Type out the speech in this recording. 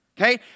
Okay